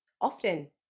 often